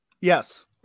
Yes